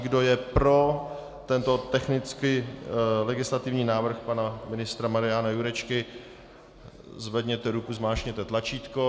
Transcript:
Kdo je pro tento technicky legislativní návrh pana ministra Mariana Jurečky, zvedněte ruku, zmáčkněte tlačítko.